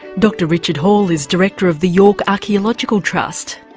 dr richard hall is director of the york archaeological trust.